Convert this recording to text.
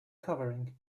covering